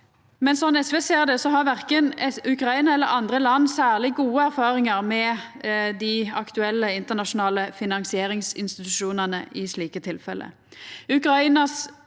Men slik SV ser det, har verken Ukraina eller andre land særleg gode erfaringar med dei aktuelle internasjonale finansieringsinstitusjonane i slike tilfelle.